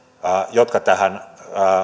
jotka tähän